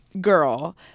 girl